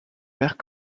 mère